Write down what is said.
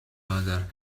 other